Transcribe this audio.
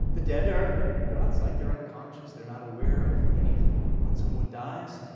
the dead are well, it's like they're unconscious. they're not aware of anything. and when someone dies,